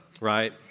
Right